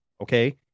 Okay